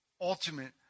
ultimate